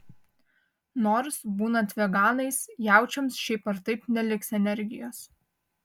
nors būnant veganais jaučiams šiaip ar taip neliks energijos